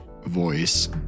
Voice